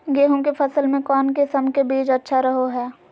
गेहूँ के फसल में कौन किसम के बीज अच्छा रहो हय?